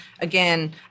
again